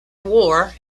war